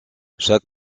chaque